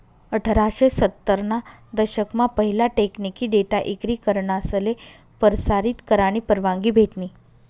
अठराशे सत्तर ना दशक मा पहिला टेकनिकी डेटा इक्री करनासले परसारीत करानी परवानगी भेटनी